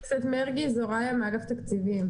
אני מאגף התקציבים.